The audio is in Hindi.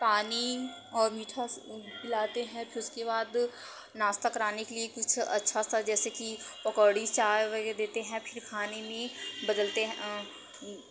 पानी और मीठा पिलाते हैं फ़िर उसके बाद नाश्ता कराने के लिए कुछ अच्छा सा जैसे की पकौड़ी चाय वगेरह देते हैं फिर खाने में बदलते हैं